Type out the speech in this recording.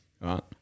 right